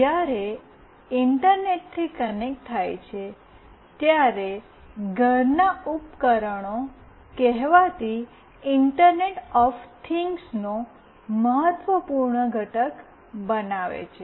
જ્યારે ઇન્ટરનેટથી કનેક્ટ થાય છે ત્યારે ઘરનાં ઉપકરણો કહેવાતી ઇન્ટરનેટ ઓફ થિંગ્સનો મહત્વપૂર્ણ ઘટક બનાવે છે